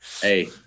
Hey